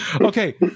Okay